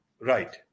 Right